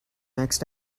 next